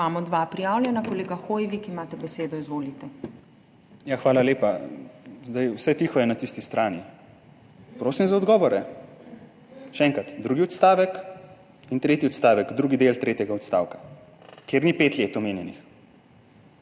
Imamo dva prijavljena. Kolega Hoivik, imate besedo. Izvolite. **ANDREJ HOIVIK (PS SDS):** Hvala lepa. Vse tiho je na tisti strani. Prosim za odgovore. Še enkrat, drugi odstavek in tretji odstavek, drugi del tretjega odstavka, kjer ni pet let omenjenih.